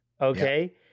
Okay